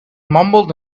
mumbled